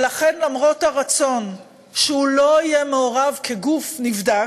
ולכן, למרות הרצון שהוא לא יהיה מעורב, כגוף נבדק,